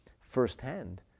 firsthand